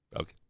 Okay